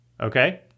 Okay